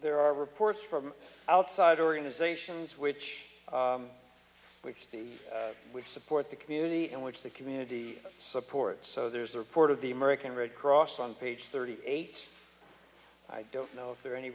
there are reports from outside organizations which which the which support the community and which the community support so there's a report of the american red cross on page thirty eight i don't know if there a